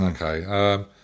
Okay